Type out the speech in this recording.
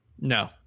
No